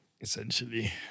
essentially